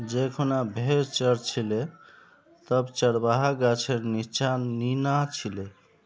जै खूना भेड़ च र छिले तब चरवाहा गाछेर नीच्चा नीना छिले